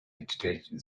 detention